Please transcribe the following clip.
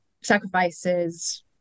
sacrifices